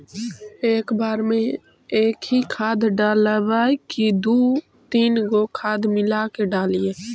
एक बार मे एकही खाद डालबय की दू तीन गो खाद मिला के डालीय?